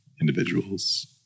individuals